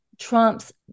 Trump's